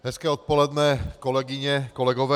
Hezké odpoledne, kolegyně, kolegové.